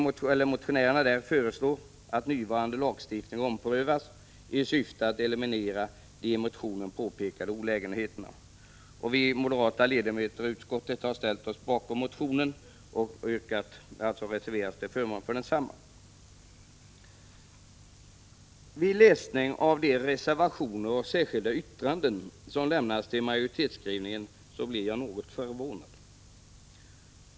Motionären föreslår en omprövning av nuvarande lagstiftning, i syfte att eliminera de i motionen påpekade olägenheterna. Vi moderata ledamöter i utskottet har ställt oss bakom motionen och reserverat oss till förmån för densamma. Vid läsningen av de reservationer och särskilda yttranden som avlämnats blir jag något förvånad.